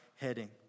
heading